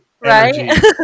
Right